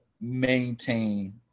maintain